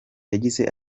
yagize